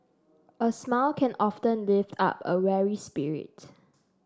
a smile can often lift up a weary spirit